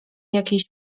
jakiejś